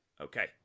Okay